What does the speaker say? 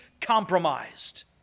compromised